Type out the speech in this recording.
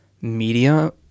media